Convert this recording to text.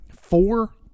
four